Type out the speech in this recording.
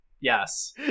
Yes